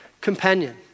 companion